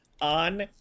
on